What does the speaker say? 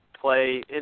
play